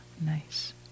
nice